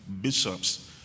bishops